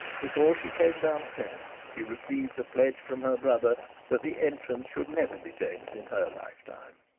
before she came down stairs she received a pledge from her brother that the entrance should never be changed in her lifetime.